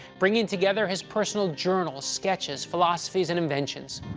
bringing together his personal journals, sketches, philosophies, and inventions.